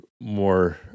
more